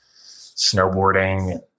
snowboarding